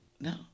No